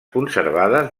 conservades